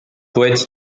poète